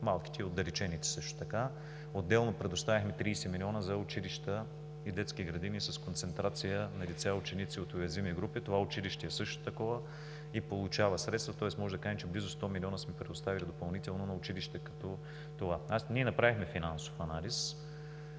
малките и отдалечените училища. Отделно предоставихме 30 млн. лв. за училища и детски градини с концентрация на деца и ученици от уязвими групи. Това училище е също такова и получава средства. Тоест можем да кажем, че близо 100 млн. лв. сме предоставили допълнително на училища като това. Ние направихме финансов анализ.